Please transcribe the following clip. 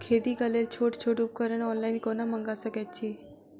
खेतीक लेल छोट छोट उपकरण ऑनलाइन कोना मंगा सकैत छी?